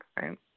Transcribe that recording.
right